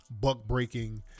buck-breaking